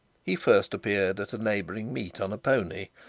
he first appeared at a neighbouring meet on a pony,